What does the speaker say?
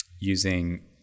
using